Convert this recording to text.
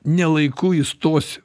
ne laiku įstosiu